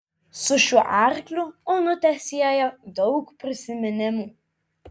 su šiuo arkliu onutę sieja daug prisiminimų